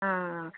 ആ